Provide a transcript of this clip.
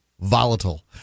volatile